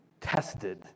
tested